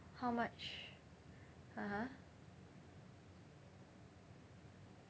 how much (uh huh)